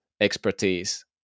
expertise